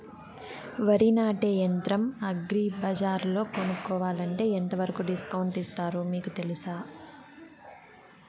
వరి నాటే యంత్రం అగ్రి బజార్లో కొనుక్కోవాలంటే ఎంతవరకు డిస్కౌంట్ ఇస్తారు మీకు తెలుసా?